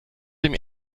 dem